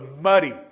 muddy